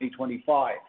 2025